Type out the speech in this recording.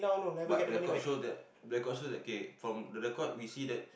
but record show that record show that okay from the record we see that